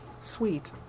sweet